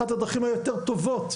אחת הדרכים היותר טובות.